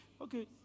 Okay